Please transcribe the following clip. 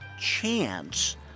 chance